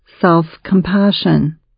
self-compassion